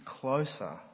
closer